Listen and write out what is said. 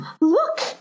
Look